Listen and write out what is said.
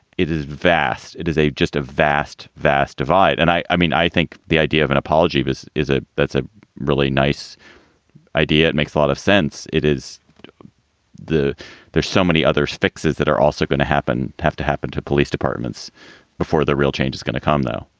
it is vast. it is a just a vast, vast divide. and i i mean, i think the idea of an apology is is a that's a really nice idea. it makes a lot of sense. it is the there's so many other fixes that are also going to happen have to happen to police departments before the real change is going to come, though.